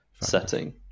setting